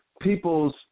people's